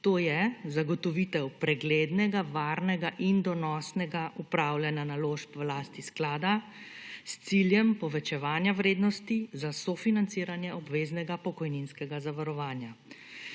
to je zagotovitev preglednega, varnega in donosnega upravljanja naložb v lasti sklada s ciljen povečevanja vrednosti za sofinanciranje obveznega pokojninskega zavarovanja,